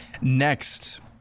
Next